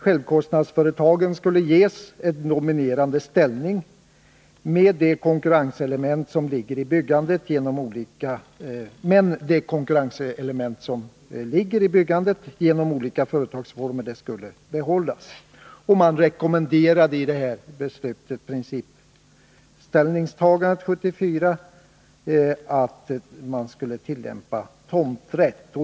Självkostnadsföretagen skulle ges en dominerande ställning, men det konkurrenselement som ligger i byggandet genom olika företagsformer skulle behållas. Man rekommenderade i det här principiella ställningstagandet 1974 att tomträtt skulle tillämpas.